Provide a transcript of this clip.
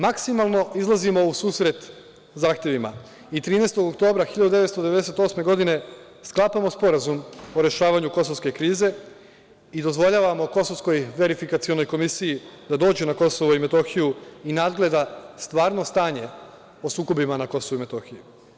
Maksimalno izlazimo u susret zahtevima i 13. oktobra 1998. godine sklapamo Sporazum o rešavanju kosovske krize i dozvoljavamo kosovskoj verifikacionoj komisiji da dođe na Kosovo i Metohiju i nadgleda stvarno stanje o sukobima na Kosovu i Metohiji.